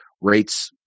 rates